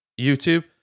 youtube